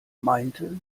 meinte